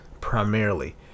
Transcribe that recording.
primarily